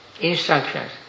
instructions